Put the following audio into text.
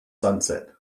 sunset